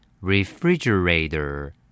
Refrigerator